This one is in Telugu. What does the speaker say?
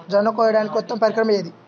జొన్న కోయడానికి ఉత్తమ పరికరం ఏది?